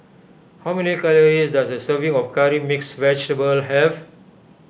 how many calories does a serving of Curry Mixed Vegetable have